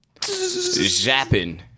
zapping